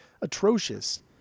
Atrocious